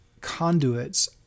conduits